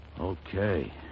Okay